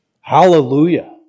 Hallelujah